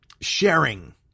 sharing